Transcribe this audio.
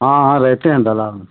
हाँ हाँ रहते हैं दलाल